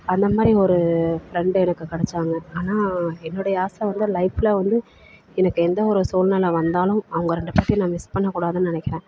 அந்த மாதிரி ஒரு ஃப்ரெண்டு எனக்கு கிடைச்சாங்க ஆனால் என்னுடைய ஆசை வந்து லைஃபில் வந்து எனக்கு எந்த ஒரு சூழ்நில வந்தாலும் அவங்க ரெண்டு பேர்த்தையும் நான் மிஸ் பண்ணக் கூடாதுன்னு நினைக்கிறேன்